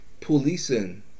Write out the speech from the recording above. policing